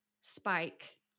spike